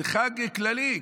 זה חג כללי,